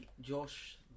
Josh